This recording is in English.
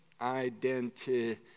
identity